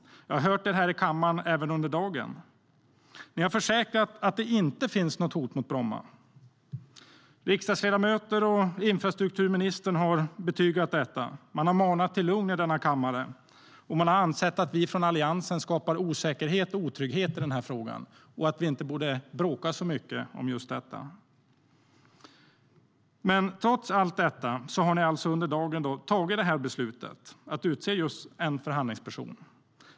Jag har hört detta här i kammaren även under dagen. Ni har försäkrat att det inte finns något hot mot Bromma. Riksdagsledamöter och infrastrukturministern har bedyrat detta. Man har manat till lugn i denna kammare, och man har ansett att vi från Alliansen skapar osäkerhet och otrygghet i frågan och att vi inte borde bråka så mycket om just detta. Trots allt det här har ni alltså under dagen fattat beslutet att utse en förhandlingsperson.